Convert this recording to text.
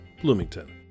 Bloomington